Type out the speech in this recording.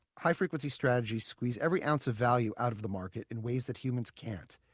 high-frequency strategies squeeze every ounce of value out of the market in ways that humans can't.